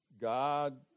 God